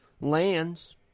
lands